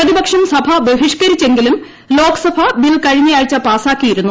പ്രതിപക്ഷം സഭ ബഹിഷ്ക്കരിച്ചെങ്കിലും ്ര ലോക്സഭ ബിൽ കഴിഞ്ഞയാഴ്ച പാസ്സാക്കിയിരുന്നു